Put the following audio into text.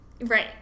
Right